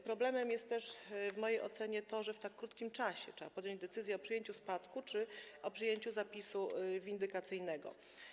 Problemem jest też w mojej ocenie to, że w tak krótkim czasie trzeba podjąć decyzję o przyjęciu spadku czy o przyjęciu zapisu windykacyjnego.